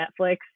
Netflix